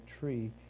tree